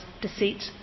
deceit